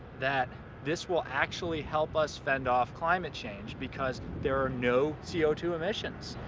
that this will actually help us fend off climate change because there are no c o two emissions.